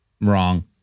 Wrong